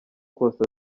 kose